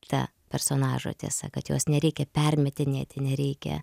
ta personažo tiesa kad jos nereikia permetinėti nereikia